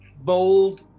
bold